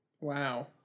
Wow